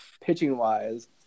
pitching-wise